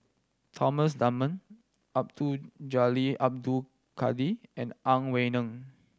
Thomas Dunman Abdul Jalil Abdul Kadir and Ang Wei Neng